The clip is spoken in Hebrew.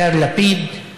יאיר לפיד,